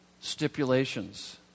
stipulations